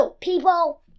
people